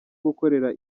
gukorera